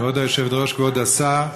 כבוד היושבת-ראש, כבוד השר,